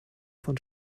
von